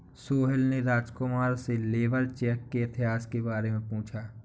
सोहेल ने राजकुमार से labour check के इतिहास के बारे में पूछा